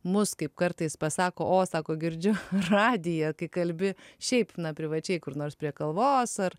mus kaip kartais pasako o sako girdžiu radiją kai kalbi šiaip na privačiai kur nors prie kavos ar